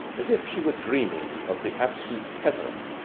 as if she were dreaming of the absent petheram,